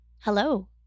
Hello